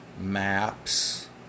maps